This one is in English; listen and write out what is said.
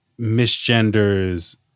misgenders